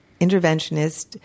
interventionist